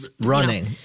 running